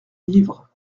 livre